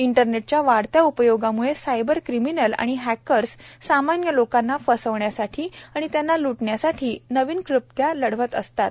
इंटरनेटच्या या वाढत्या उपयोगामुळे सायबर क्रिमीनल व हॅकर्स सामान्य लोकांना फसवण्यासाठी व त्यांना लुटण्यासाठी नवीन क्लुप्त्या लढवत असतात